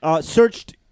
Searched